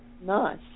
nice